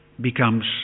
becomes